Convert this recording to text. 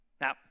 Now